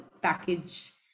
package